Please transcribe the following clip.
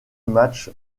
match